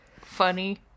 funny